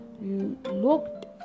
looked